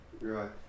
Right